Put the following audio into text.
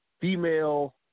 female